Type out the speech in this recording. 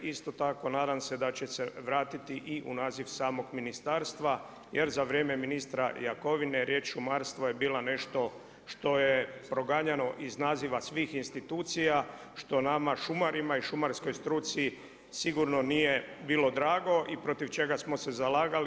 Isto tako nadam se da će se vratiti i u naziv samog ministarstva jer za vrijeme ministra Jakovine riječ šumarstvo je bila nešto što je proganjano iz naziva svih institucija, što nama šumarima i šumarskoj struci sigurno nije bilo drago i protiv čega smo se zalagali.